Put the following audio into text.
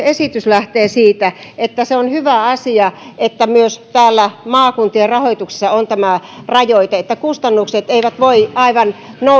esitys lähtee siitä että se on hyvä asia että myös maakuntien rahoituksessa on tämä rajoite että kustannukset eivät voi nousta aivan